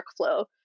workflow